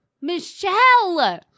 Michelle